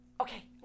Okay